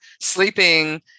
sleeping